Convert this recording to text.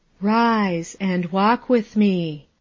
rise! and walk with me!